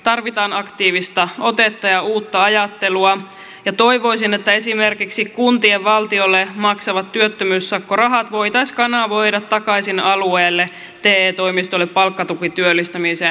tarvitaan aktiivista otetta ja uutta ajattelua ja toivoisin että esimerkiksi kuntien valtiolle maksamat työttömyyssakkorahat voitaisiin kanavoida takaisin alueelle te toimistolle palkkatukityöllistämiseen